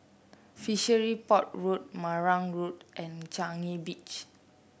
Fishery Port Road Marang Road and Changi Beach